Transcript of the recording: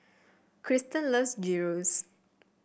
Kristan loves Gyros